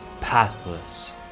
pathless